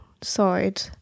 side